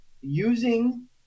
using